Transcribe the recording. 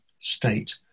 state